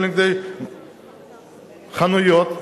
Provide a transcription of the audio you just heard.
חנויות,